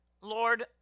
lord